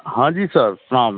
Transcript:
हाँ जी सर प्रणाम